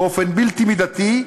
באופן בלתי מידתי,